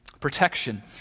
Protection